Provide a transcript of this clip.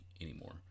anymore